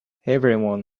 everyone